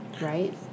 Right